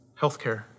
healthcare